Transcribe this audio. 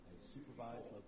supervised